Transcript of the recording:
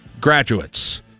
graduates